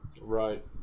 Right